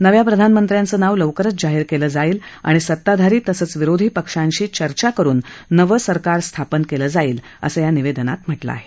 नव्या प्रधानमंत्र्याचं नाव लवकरच जाहीर केलं जाईल आणि सत्ताधारी तसंच विरोधी पक्षांशी चर्चा करुन नवं सरकार स्थापन केलं जाईल असं या निवेदनात म्हटलं आहे